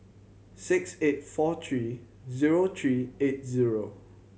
six eight four three zero three eight zero